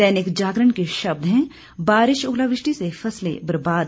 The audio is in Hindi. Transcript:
दैनिक जागरण के शब्द हैं बारिश ओलावृष्टि से फसलें बर्बाद